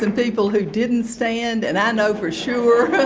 and people who didn't stand and i know for sure